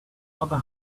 other